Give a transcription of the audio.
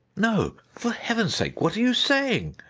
no, for heaven's sake, what are you say ing?